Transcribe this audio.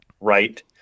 right